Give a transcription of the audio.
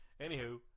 Anywho